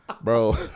Bro